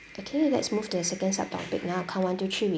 okay let's move to the second subtopic now count one two three we